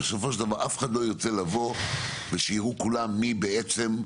בסופו של דבר אף אחד לא ירצה לבוא ושיראו כולם מי נושא